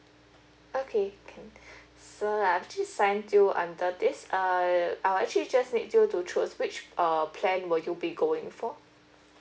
okay can so I have just signed you under this uh I'll actually just need you to choose which uh plan will you be going for